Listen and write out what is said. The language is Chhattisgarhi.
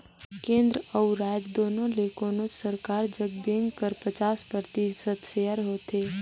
केन्द्र अउ राएज दुनो में ले कोनोच सरकार जग बेंक कर पचास परतिसत सेयर होथे